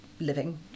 living